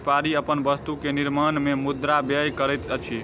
व्यापारी अपन वस्तु के निर्माण में मुद्रा व्यय करैत अछि